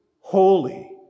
holy